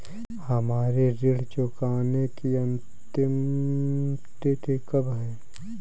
हमारी ऋण चुकाने की अंतिम तिथि कब है?